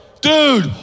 dude